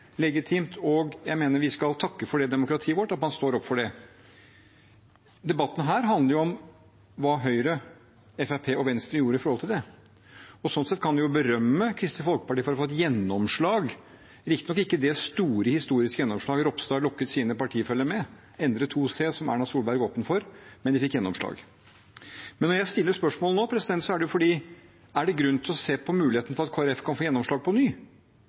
legitimt. Jeg mener vi skal takke demokratiet vårt for at man står opp for det. Debatten her handler om hva Høyre, Fremskrittspartiet og Venstre gjorde med det. Sånn sett kan en berømme Kristelig Folkeparti for å få et gjennomslag, riktignok ikke det store, historiske gjennomslaget Ropstad lokket sine partifeller med, å endre 2 c – som Erna Solberg åpnet for – men de fikk gjennomslag. Når jeg stiller spørsmål nå, er det fordi: Er det grunn til å se på muligheten for at Kristelig Folkeparti kan få gjennomslag på ny?